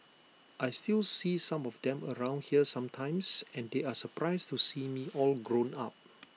I still see some of them around here sometimes and they are surprised to see me all grown up